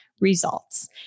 results